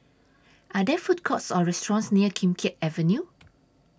Are There Food Courts Or restaurants near Kim Keat Avenue